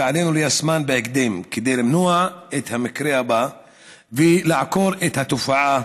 ועלינו ליישמן בהקדם כדי למנוע את המקרה הבא ולעקור את התופעה